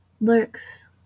lurks